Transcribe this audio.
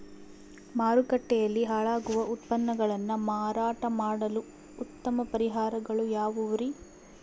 ಮಾರುಕಟ್ಟೆಯಲ್ಲಿ ಹಾಳಾಗುವ ಉತ್ಪನ್ನಗಳನ್ನ ಮಾರಾಟ ಮಾಡಲು ಉತ್ತಮ ಪರಿಹಾರಗಳು ಯಾವ್ಯಾವುರಿ?